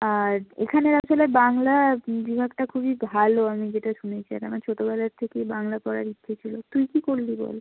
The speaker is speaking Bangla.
আর এখানে আসলে বাংলা বিভাগটা খুবই ভালো আমি যেটা শুনেছি এখানে ছোটোবেলার থেকেই বাংলা পড়ার ইচ্ছে ছিলো তুই কী করলি বল